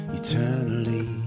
eternally